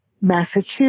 Massachusetts